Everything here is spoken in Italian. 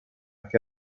che